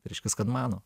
reiškias kad mano